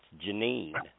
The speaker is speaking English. Janine